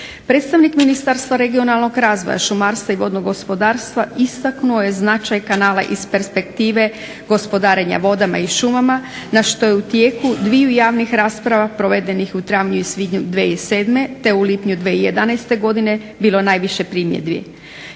Predstavnik Ministarstva regionalnog razvoja, šumarstva i vodnog gospodarstva istaknuo je značaj kanala iz perspektive gospodarenja vodama i šumama na što je u tijeku dviju javnih rasprava provedenih u travnju i svibnju 2007. te u lipnju 2011. godine bilo najviše primjedbi.